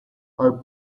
are